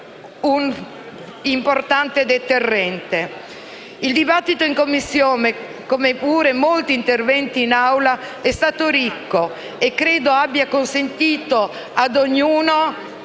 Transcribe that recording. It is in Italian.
un importante deterrente. Il dibattito in Commissione, come pure molti interventi in Aula, è stato ricco e credo abbia consentito ad ognuno